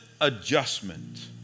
adjustment